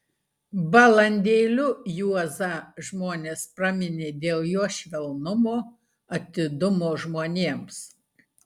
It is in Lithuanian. balandėliu juozą žmonės praminė dėl jo švelnumo atidumo žmonėms